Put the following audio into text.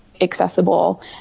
accessible